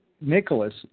Nicholas